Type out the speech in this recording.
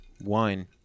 wine